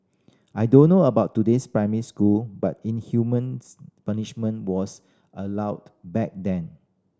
I don't know about today's primary school but inhumane punishment was allowed back then